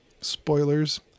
spoilers